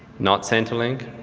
not centrelink.